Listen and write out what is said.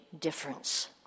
difference